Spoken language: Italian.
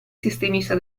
sistemista